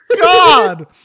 God